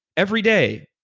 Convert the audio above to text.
every day,